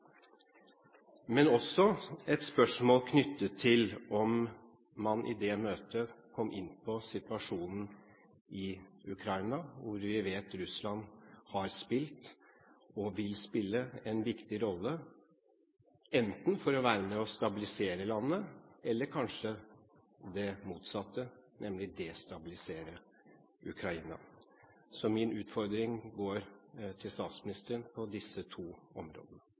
men jeg har også et spørsmål knyttet til om man i det møtet kom inn på situasjonen i Ukraina, hvor vi vet at Russland har spilt og vil spille en viktig rolle, enten for å være med og stabilisere landet, eller kanskje det motsatte, nemlig å destabilisere Ukraina. Så min utfordring går til statsministeren på disse to områdene.